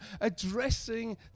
addressing